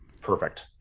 Perfect